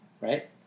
right